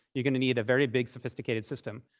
you're going to need a very big, sophisticated system,